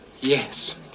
Yes